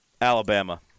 alabama